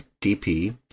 DP